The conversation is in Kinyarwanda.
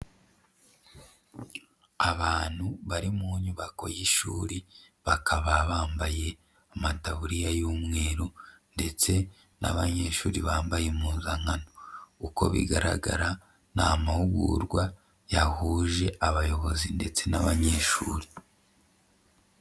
Abantu bari mu nyubako y'ishuri bakaba bambaye amataburiya y'umweru ndetse n'abanyeshuri bambaye impuzankano, uko bigaragara ni amahugurwa yahuje abayobozi ndetse n'abanyeshuri.